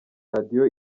radio